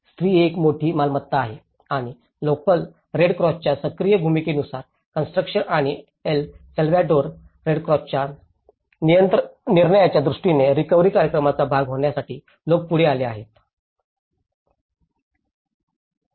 स्त्री ही एक मोठी मालमत्ता आहे आणि लोकल रेड क्रॉसच्या सक्रिय भूमिकेनुसार कॉन्स्ट्रुकशन आणि एल साल्वाडोर रेडक्रॉसच्या निर्णयाच्या दृष्टीने रिकव्हरी कार्यक्रमाचा भाग होण्यासाठी लोक पुढे आले होते